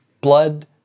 blood